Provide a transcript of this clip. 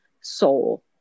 soul